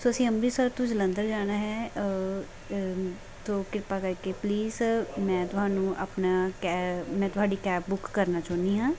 ਸੋ ਅਸੀਂ ਅੰਮ੍ਰਿਤਸਰ ਤੋਂ ਜਲੰਧਰ ਜਾਣਾ ਹੈ ਤੋ ਕਿਰਪਾ ਕਰਕੇ ਪਲੀਜ਼ ਮੈਂ ਤੁਹਾਨੂੰ ਆਪਣਾ ਕੈ ਮੈਂ ਤੁਹਾਡੀ ਕੈਬ ਬੁੱਕ ਕਰਨਾ ਚਾਹੁੰਦੀ ਹਾਂ